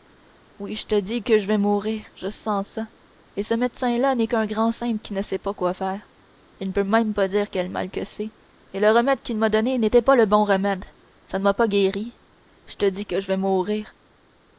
oui je te dis que je vas mourir je sens ça et ce médecin là n'est qu'un grand simple qui ne sait pas quoi faire il ne peut même pas dire quel mal que c'est et le remède qu'il m'a donné n'était pas un bon remède ça ne m'a pas guérie je te dis que je vas mourir